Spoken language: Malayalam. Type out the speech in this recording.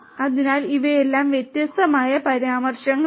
അതിനാൽ ഇവയെല്ലാം വ്യത്യസ്തമായ പരാമർശങ്ങളാണ്